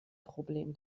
problem